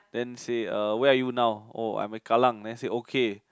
then say uh where are you now oh I'm at Kallang then say okay